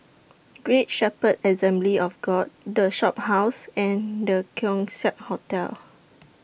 Great Shepherd Assembly of God The Shophouse and The Keong Saik Hotel